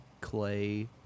Clay